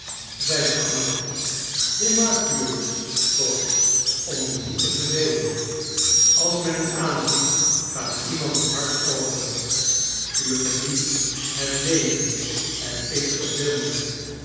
zeide anna hoe maakt u het toch om u niet te vervelen als men u aanziet gaat iemand het hart open u geniet het leven en ik verveel mij